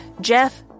Jeff